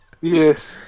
Yes